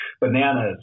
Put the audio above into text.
bananas